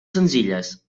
senzilles